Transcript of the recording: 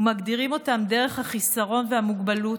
ומגדירים אותם דרך החיסרון והמוגבלות.